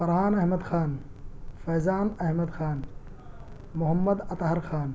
Farhan Ahmed Khan Faizan Ahmed Khan Mohammad Athar Khan